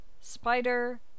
Spider